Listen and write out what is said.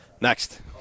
next